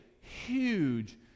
huge